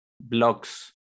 blocks